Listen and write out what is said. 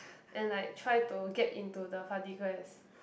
and like try to get into the party quest